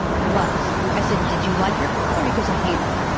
he was. i said, did you like your father? he goes, i hated him.